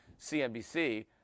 CNBC